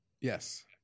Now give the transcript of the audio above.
Yes